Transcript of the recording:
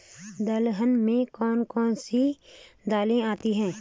दलहन में कौन कौन सी दालें आती हैं?